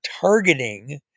targeting